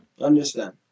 understand